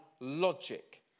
logic